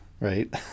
right